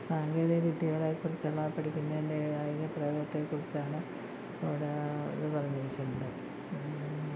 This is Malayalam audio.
സാങ്കേതിക വിദ്യകളെക്കുറിച്ചുള്ള പഠിക്കുന്നതിൻ്റെ അതിൻ്റെ പ്രവർത്തനത്തെക്കുറിച്ചാണ് ഇവിടെ ഇത് പറഞ്ഞിരിക്കുന്നത്